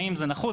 האם זה נחוץ?